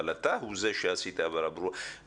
אבל אתה הוא זה שעשית הבהרה ברורה.